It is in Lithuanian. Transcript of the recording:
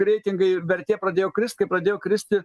reitingai vertė pradėjo krist kai pradėjo kristi